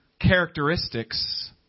characteristics